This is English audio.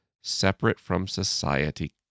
separate-from-society